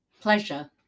Pleasure